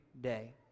day